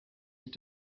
ich